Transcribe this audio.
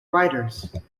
writers